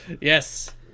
Yes